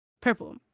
Purple